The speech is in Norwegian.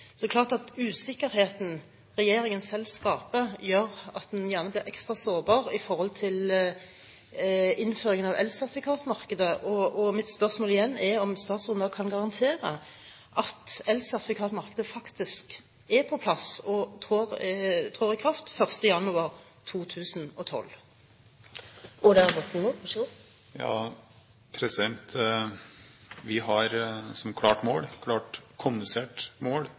innføringen av elsertifikatmarkedet. Så mitt spørsmål er igjen om statsråden da kan garantere at elsertifikatmarkedet faktisk er på plass og trer i kraft 1. januar 2012? Ja, vi har som et klart mål, et klart kommunisert mål